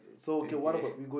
okay